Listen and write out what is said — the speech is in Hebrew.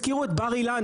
הזכירו את בר-אילן,